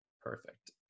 perfect